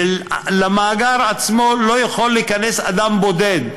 שלמאגר עצמו לא יכול להיכנס אדם בודד,